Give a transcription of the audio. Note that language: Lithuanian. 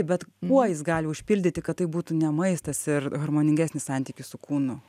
bet kuo jis gali užpildyti kad tai būtų ne maistas ir harmoningesnis santykis su kūnu